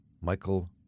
Michael